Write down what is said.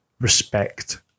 respect